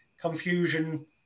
confusion